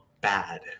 bad